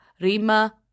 rima